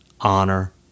Honor